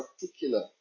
particular